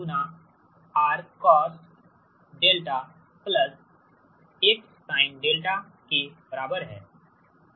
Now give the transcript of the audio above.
∗ R cos δ X sin δ के बराबर है